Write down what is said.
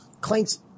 claims-